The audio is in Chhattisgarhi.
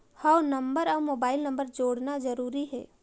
हव नंबर अउ मोबाइल नंबर जोड़ना जरूरी हे?